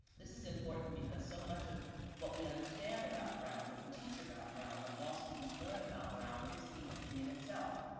this is important because so much of what we understand about brown, what we teach about brown, what law students learn about brown is the opinion itself.